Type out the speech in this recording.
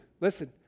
listen